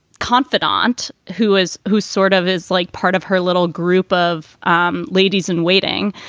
confidante, who is who's sort of is like part of her little group of um ladies in waiting.